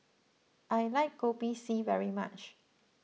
I like Kopi C very much